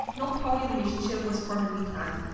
no poly relationship was formally planned.